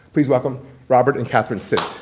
please welcome robert and kathryn sindt.